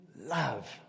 love